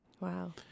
Wow